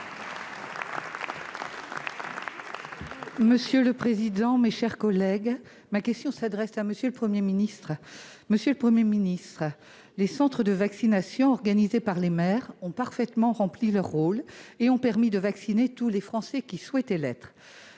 pour le groupe Les Républicains. Ma question s'adresse à M. le Premier ministre. Monsieur le Premier ministre, les centres de vaccination gérés par les maires ont parfaitement rempli leur rôle et ont permis de vacciner tous les Français qui le souhaitaient.